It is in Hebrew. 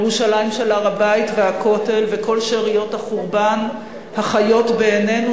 ירושלים של הר-הבית והכותל המערבי וכל שאריות החורבן החיות בעינינו,